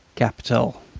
capital!